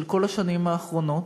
כל השנים האחרונות,